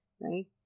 right